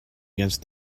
against